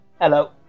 Hello